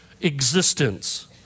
existence